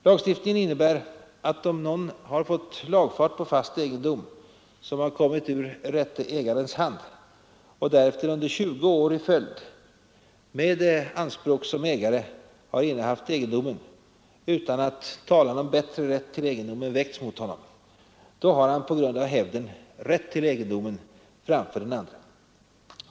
Lagstiftningen innebär att om någon erhållit lagfart på fast egendom, som kommit ur rätte ägarens hand, och därefter under 20 år i följd med äganderättsanspråk innehaft egendomen utan att talan om bättre rätt till egendomen väckts mot honom, så har han på grund av hävden rätt till egendomen framför den andre.